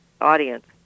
audience